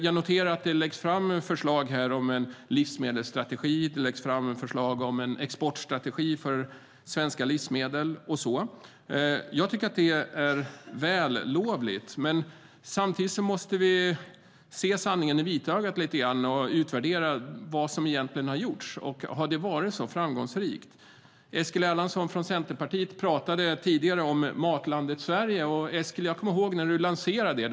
Jag noterar att det läggs fram förslag om en livsmedelsstrategi, en exportstrategi för svenska livsmedel och så vidare. Jag tycker att det är vällovligt, men samtidigt måste vi se sanningen i vitögat och utvärdera vad som egentligen har gjorts och om det har varit så framgångsrikt. Eskil Erlandsson från Centerpartiet talade tidigare om Matlandet Sverige. Jag kommer ihåg när du lanserade detta, Eskil.